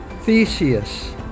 Theseus